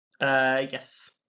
Yes